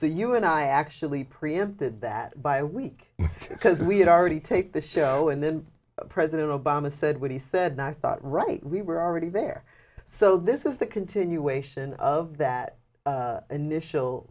so you and i actually preempted that by a week because we had already take the show and then president obama said what he said and i thought right we were already there so this is the continuation of that initial